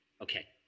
Okay